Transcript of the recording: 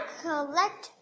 collect